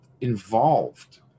involved